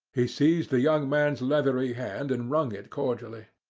he seized the young man's leathery hand and wrung it cordially.